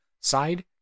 side